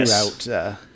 throughout